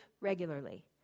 regularly